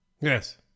Yes